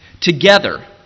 Together